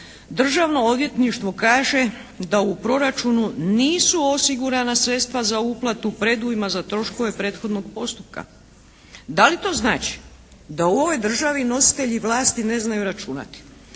Državno odvjetništvo kaže da u proračunu nisu osigurana sredstva za uplatu predujma za troškove prethodnog postupka. Da li to znači da u ovoj državi nositelji vlasti ne znaju računati?